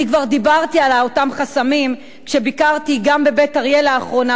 אני כבר הצבעתי ודיברתי על אותם חסמים גם כשביקרתי בבית-אריה לאחרונה,